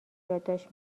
یادداشت